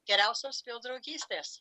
geriausios vėl draugystės